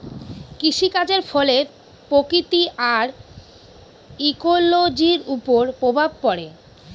কৃষিকাজের ফলে প্রকৃতি আর ইকোলোজির ওপর প্রভাব পড়ে